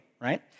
right